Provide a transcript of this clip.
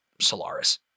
Solaris